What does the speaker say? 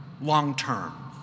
long-term